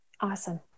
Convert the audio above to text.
Awesome